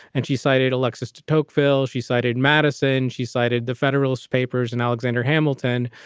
and she cited alexis de tocqueville. she cited madison. she cited the federalist papers and alexander hamilton.